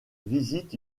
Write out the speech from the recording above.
visitent